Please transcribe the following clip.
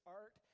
art